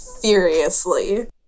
furiously